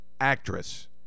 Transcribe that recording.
actress